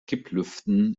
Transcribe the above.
kipplüften